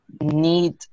need